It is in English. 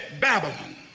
Babylon